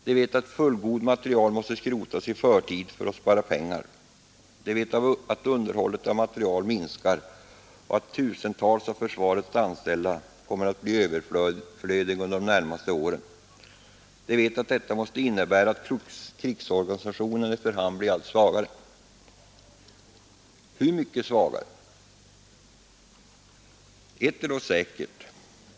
De vet att fullgod materiel måste skrotas i förtid för att spara pengar. De vet att underhållet av materiel minskar och att tusentals av försvarets anställda kommer att bli överflödiga under de närmaste åren. De vet att detta måste innebära att krigsorganisationen efter hand blir allt svagare. Hur mycket svagare? Ett är säkert.